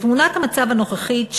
בתמונת המצב הנוכחית,